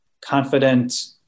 confident